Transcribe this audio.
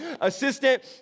assistant